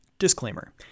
Disclaimer